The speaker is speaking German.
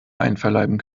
einverleiben